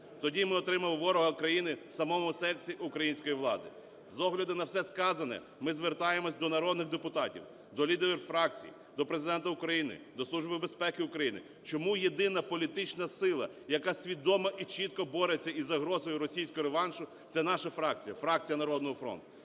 Тоді ми отримаємо ворога країни у самому серці української влади. З огляду на все сказане, ми звертаємось до народних депутатів, до лідерів фракцій, до Президента України, до Служби безпеки України: чому єдина політична сила, яка свідомо і чітко бореться із загрозою російського реваншу, це наша фракція - фракція "Народного фронту"?